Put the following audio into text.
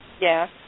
Yes